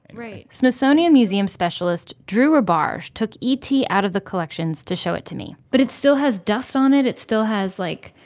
right smithsonian museum specialist, drew robarge, took e t. out of the collections to show it to me but, it still has dust on it. it still has like,